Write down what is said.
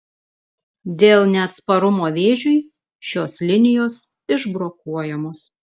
dėl neatsparumo vėžiui šios linijos išbrokuojamos